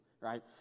right